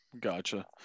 Gotcha